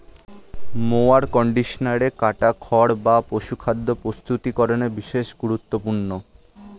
mower কন্ডিশনারে কাটা খড় বা পশুখাদ্য প্রস্তুতিকরনে বিশেষ গুরুত্বপূর্ণ